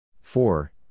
four